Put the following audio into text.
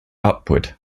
upward